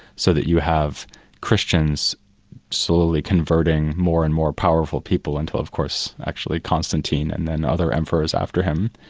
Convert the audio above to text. so that you have christians slowly converting more and more powerful people until of course actually constantine and then other emperors after him,